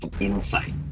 insight